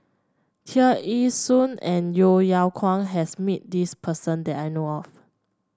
Tear Ee Soon and Yeo Yeow Kwang has met this person that I know of